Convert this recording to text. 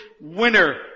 winner